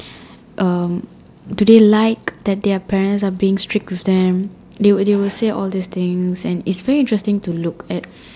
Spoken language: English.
um do they like that their parents are being strict with them they will they will say all these things and it's very interesting to look at